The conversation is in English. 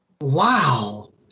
Wow